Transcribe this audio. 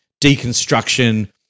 deconstruction